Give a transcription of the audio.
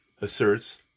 asserts